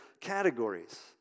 categories